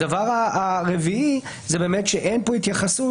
הדבר הרביעי הוא שאין כאן התייחסות